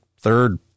third